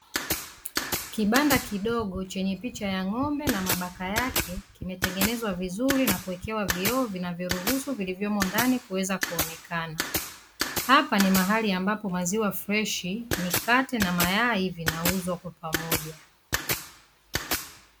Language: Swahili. Kibanda kidogo chenye picha ya ng'ombe na mabaka yake kimetengenezwa vizuri na kuwekewa vioo vinavyoruhusu vilivyomo ndani kuweza kuonekana. Hapa ni mahali ambapo maziwa freshi, mikate na mayai vinauzwa kwa pamoja.